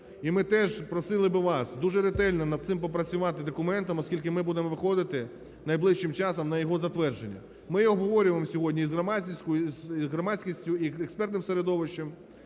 І ми теж просили би вас дуже ретельно нам цим попрацювати документом, оскільки ми будемо виходити найближчим часом на його затвердження. Ми обговорюємо сьогодні із громадськістю і експертним середовищем,